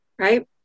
right